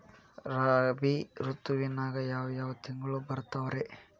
ರಾಬಿ ಋತುವಿನಾಗ ಯಾವ್ ಯಾವ್ ತಿಂಗಳು ಬರ್ತಾವ್ ರೇ?